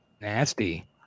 Nasty